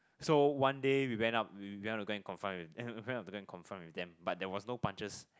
so one day we went up we we went up to go and confront we went up to go and confront with them but there was no punches